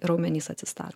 raumenys atsistato